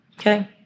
Okay